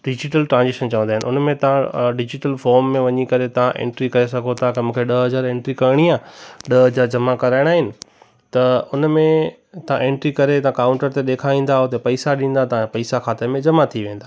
digital transaction चवंदा आहिनि उन में तव्हां डिजीटल फॉम में वञी करे तव्हां एंट्री करे सघो था त मूंखे ॾ हज़ार एंट्री करणी आहे ॾ हज़ार जमा कराइणा आहिनि त उन में तव्हां एंट्री करे उते काउंटर ते ॾेखारींदा तव्हां पैसा ॾींदा तव्हांजा पैसा खाते में जमा थी वेंदा